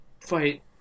fight